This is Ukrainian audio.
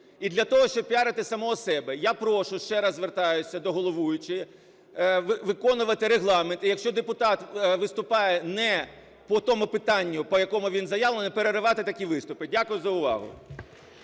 і для того, щоб піарити самого себе. Я прошу, ще раз звертаюсь до головуючої виконувати Регламент, і якщо депутат виступає не по тому питанню, по якому він заявлений, переривати такі виступи. Дякую за увагу.